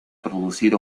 producir